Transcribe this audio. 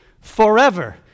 Forever